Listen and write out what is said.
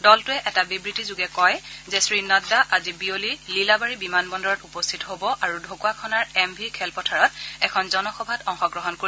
দলটোৱে এটা বিবৃতিযোগে কয় যে শ্ৰী নাড্ডা আজি বিয়লি লিলাবাৰী বিমান বন্দৰত উপস্থিত হ'ব আৰু ঢকুৱাখনাৰ এম ভি খেলপথাৰত এখন জনসভাত অংশগ্ৰহণ কৰিব